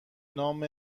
نام